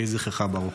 יהיה זכרך ברוך.